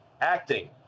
Acting